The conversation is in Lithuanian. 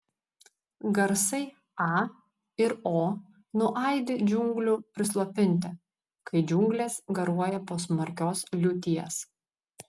garsai a ir o nuaidi džiunglių prislopinti kai džiunglės garuoja po smarkios liūties